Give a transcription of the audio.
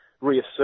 reassert